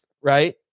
Right